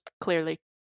clearly